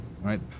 right